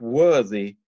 worthy